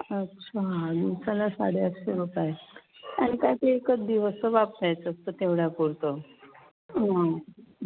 अच्छा दिवसाला साडे आठशे रुपये आणि काय ते एकच दिवस तर वापरायचं असतं तेवढ्यापुरतं हां